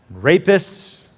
rapists